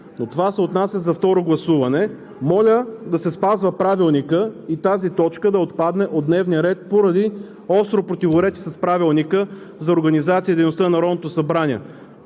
Но това се отнася за второ гласуване. Моля да се спазва Правилникът и тази точка да отпадне от дневния ред поради остро противоречие с Правилника за